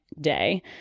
day